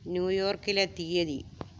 new യോർക്കിലെ തീയതി